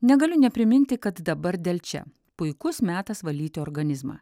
negaliu nepriminti kad dabar delčia puikus metas valyti organizmą